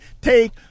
Take